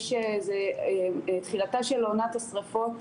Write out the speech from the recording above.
זו תחילתה של עונת השריפות.